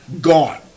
gone